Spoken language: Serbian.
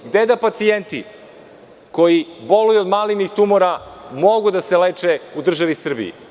Gde pacijenti koji boluju od malignih tumora mogu da se leče u državi Srbiji?